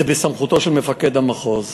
בסמכותו של מפקד המחוז.